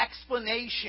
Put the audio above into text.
explanation